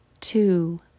Two